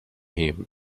him